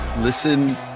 Listen